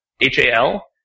H-A-L